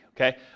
Okay